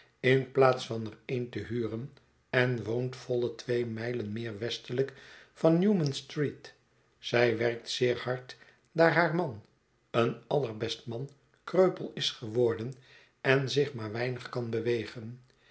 in plaats van er een te huren en woont volle twee mijlen meer westelijk dan newman street zij werkt zeer hard daar haar man een allerbest man kreupel is geworden en zich maar weinig kan bewegen